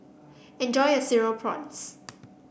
enjoy your Cereal Prawns